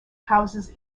houses